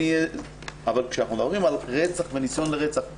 אבל כשאנחנו מדברים על רצח וניסיון לרצח,